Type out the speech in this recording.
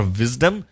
wisdom